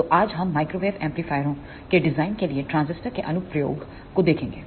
तो आज हम माइक्रोवेव एम्पलीफायरों के डिज़ाइन के लिए ट्रांजिस्टर के अनु प्रयोग को देखेंगे